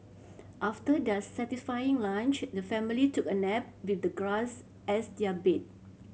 after their satisfying lunch the family took a nap with the grass as their bed